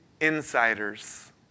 insiders